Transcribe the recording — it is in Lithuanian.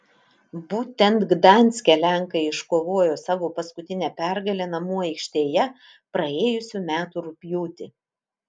būtent gdanske lenkai iškovojo savo paskutinę pergalę namų aikštėje praėjusių metų rugpjūtį